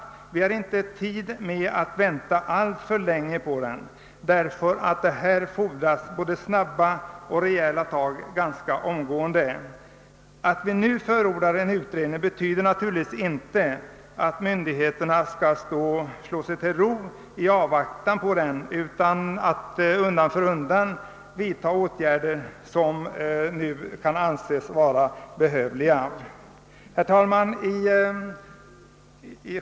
Vi har inte tid att vänta länge på resultatet, ty här fordras rejäla tag ganska omgående. Att vi nu förordar en utredning betyder naturligtvis inte heller att myndigheterna skall slå sig till ro i avaktan på den, utan de åtgärder som kan anses vara behövliga måste vidtas undan för undan. Herr talman!